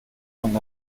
und